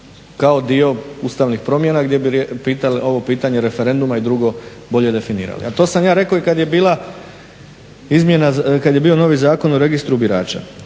kao dio ustavnih promjena gdje bi ovo pitanje referenduma i drugo bolje definirali. A to sam ja rekao i kad je bila izmjena, kad je bio novi Zakon o registru birača.